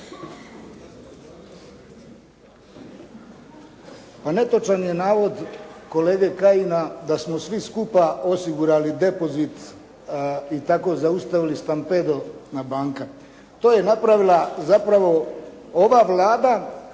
Pa netočan je navod kolege Kajina da smo svi skupa osigurali depozit i tako zaustavili stampedo na banke. To je napravila zapravo ova vlada,